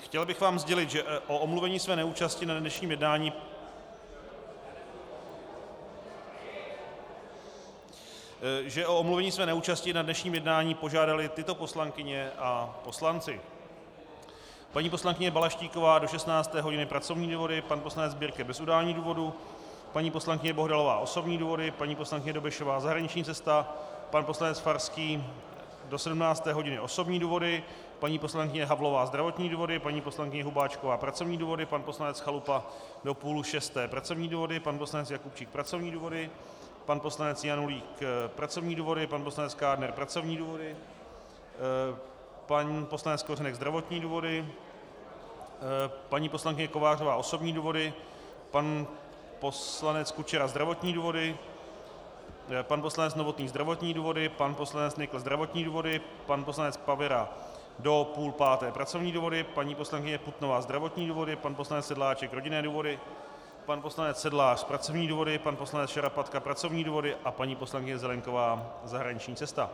Chtěl bych vám sdělit, že o omluvení své neúčasti na dnešním jednání požádaly tyto poslankyně a poslanci: paní poslankyně Balaštíková do 16. hodiny pracovní důvody, pan poslanec Birke bez udání důvodu, paní poslankyně Bohdalová osobní důvody, paní poslankyně Dobešová zahraniční cesta, pan poslanec Farský do 17. hodiny osobní důvody, paní poslankyně Havlová zdravotní důvody, paní poslankyně Hubáčková pracovní důvody, pan poslanec Chalupa do půl šesté pracovní důvody, pan poslanec Jakubčík pracovní důvody, pan poslanec Janulík pracovní důvody, pan poslanec Kádner pracovní důvody, pan poslanec Kořenek zdravotní důvody, paní poslankyně Kovářová osobní důvody, pan poslanec Kučera zdravotní důvody, pan poslanec Novotný zdravotní důvody, pan poslanec Nykl zdravotní důvody, pan poslanec Pavera do půl páté pracovní důvody, paní poslankyně Putnová zdravotní důvody, pan poslanec Sedláček rodinné důvody, pan poslanec Sedlář pracovní důvody, pan poslanec Šarapatka pracovní důvody a paní poslankyně Zelienková zahraniční cesta.